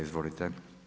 Izvolite.